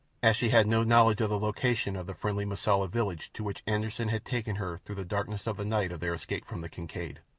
as she had no knowledge of the location of the friendly mosula village to which anderssen had taken her through the darkness of the night of their escape from the kincaid.